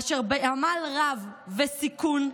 אשר בעמל רב וסיכון,